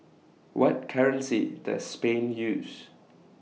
What currency Does Spain use